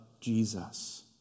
Jesus